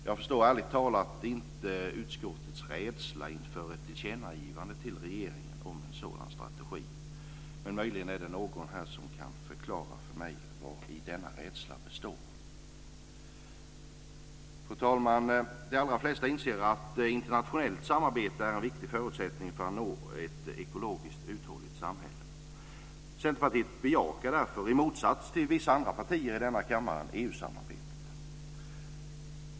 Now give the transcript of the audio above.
Jag förstår ärligt talat inte utskottets rädsla inför ett tillkännagivande till regeringen om en sådan strategi, men möjligen är det någon här som kan förklara för mig vari denna rädsla består. Fru talman! De allra flesta inser att internationellt samarbete är en viktig förutsättning för att nå ett ekologiskt uthålligt samhälle. Centerpartiet bejakar därför, i motsats till vissa andra partier i denna kammare, EU-samarbetet.